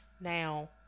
now